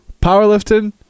Powerlifting